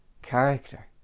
Character